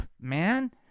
man